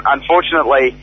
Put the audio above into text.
Unfortunately